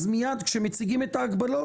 אז מיד כשמציגים את ההגבלות,